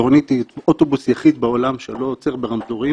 המטרונית היא האוטובוס היחיד בעולם שלא עוצר ברמזורים